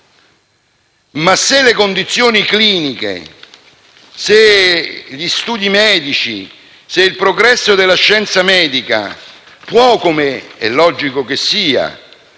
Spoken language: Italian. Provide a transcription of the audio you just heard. ma se le condizioni cliniche, se gli studi medici, se il progresso della scienza medica, possono - come è logico che sia